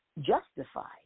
justified